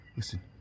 Listen